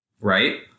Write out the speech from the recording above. right